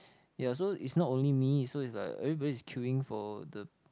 ya so it's not only me so it's like everybody is queueing for the